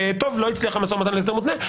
טוב, לא הצליח המשא ומתן להסדר מותנה.